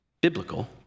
biblical